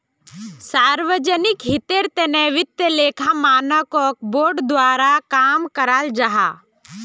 सार्वजनिक हीतेर तने वित्तिय लेखा मानक बोर्ड द्वारा काम कराल जाहा